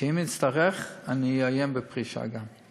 שאם אצטרך אני אאיים בפרישה גם.